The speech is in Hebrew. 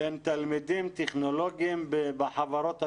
בין תלמידים טכנולוגיים בחברות השונות,